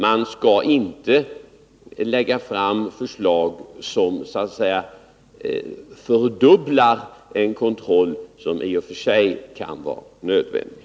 Man skall inte lägga fram förslag som så att säga fördubblar en kontroll som i och för sig kan vara nödvändig.